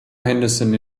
henderson